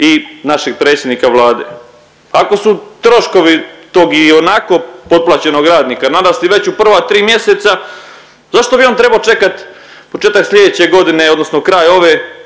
i našeg predsjednika Vlade. Ako su troškovi tog ionako potplaćenog radnika, narasli već u prva tri mjeseca, zašto bi on trebao čekat početak slijedeće godine odnosno kraj ove